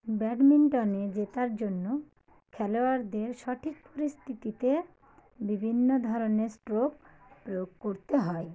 ব্যাডমিন্টনে জেতার জন্য খেলোয়াড়দের সঠিক পরিস্থিতিতে বিভিন্ন ধরনের স্ট্রোক প্রয়োগ করতে হয়